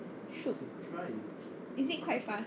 shook is it quite fast